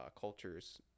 cultures